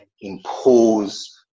impose